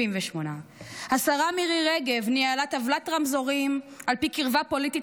78. השרה מירי רגב ניהלה טבלת רמזורים על פי קרבה פוליטית,